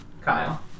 Kyle